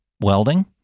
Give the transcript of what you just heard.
welding